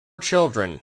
children